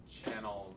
channel